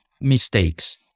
mistakes